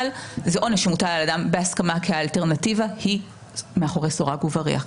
אבל זה עונש שמוטל על אדם בהסכמה כי האלטרנטיבה היא מאחורי סורג ובריח.